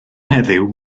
heddiw